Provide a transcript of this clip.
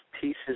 pieces